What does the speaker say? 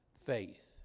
faith